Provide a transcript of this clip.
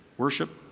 worship,